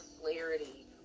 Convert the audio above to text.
clarity